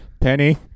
Penny